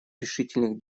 решительных